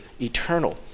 eternal